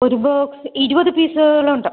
ഒരു ബോക്സ് ഇരുപത് പീസുകൾ ഉണ്ട്